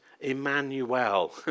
Emmanuel